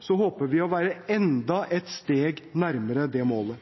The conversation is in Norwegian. håper vi å være enda et steg nærmere det målet.